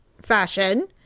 fashion